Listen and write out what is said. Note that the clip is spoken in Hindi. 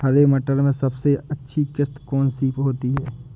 हरे मटर में सबसे अच्छी किश्त कौन सी होती है?